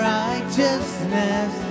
righteousness